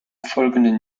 folgenden